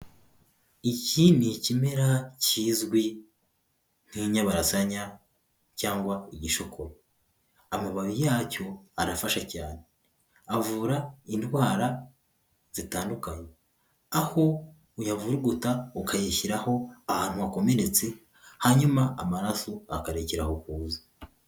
Iki ni ikimera kizwi nk'inyabarasanya cyangwa igishuko, amababi yacyo arafasha cyane, avura indwara zitandukanye, aho uyavuruguta ukayishyiraho ahantu wakomeretse, hanyuma amaraso akarekeraho kuza.